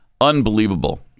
Unbelievable